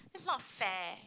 that's not fair